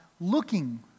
looking